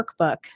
Workbook